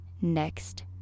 next